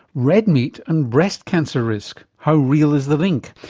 red meat and breast cancer risk, how real is the link?